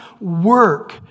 work